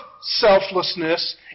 selflessness